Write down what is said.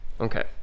Okay